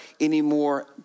anymore